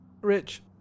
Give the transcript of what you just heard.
Rich